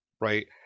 Right